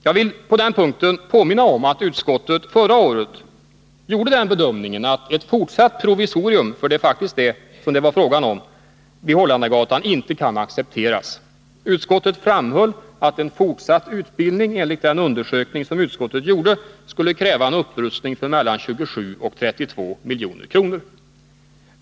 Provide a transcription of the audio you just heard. Jag vill på den punkten påminna om att utskottet förra året gjorde den bedömningen att ett fortsatt provisorium — det var faktiskt fråga om ett sådant — vid Holländargatan inte kan accepteras. Utskottet framhöll att en fortsatt utbildning enligt den undersökning som utskottet gjorde skulle kräva en upprustning för mellan 27 och 32 milj.kr.